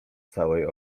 całej